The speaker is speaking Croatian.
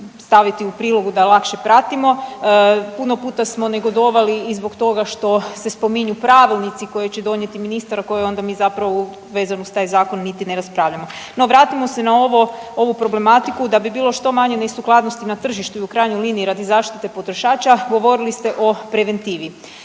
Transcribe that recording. staviti u prilogu da ih lakše pratimo. Puno puta smo negodovali i zbog toga što se spominju Pravilnici koje će donijeti ministar koji onda mi zapravo vezano za taj zakon niti ne raspravljamo. No vratimo se na ovo, ovu problematiku da bi bilo što manje nesukladnosti na tržištu, u krajnjoj liniji radi zaštite potrošača govorili ste o preventivi.